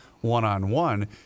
one-on-one